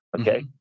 okay